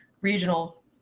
Regional